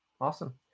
awesome